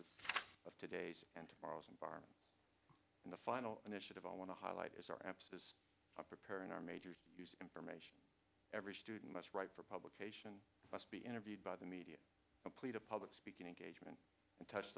s of today's and tomorrow's environment and the final initiative i want to highlight is our emphasis on preparing our major information every student must write for publication must be interviewed by the media complete a public speaking engagement touch